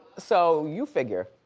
so you figure.